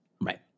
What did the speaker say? right